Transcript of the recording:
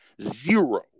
Zero